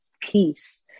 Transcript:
peace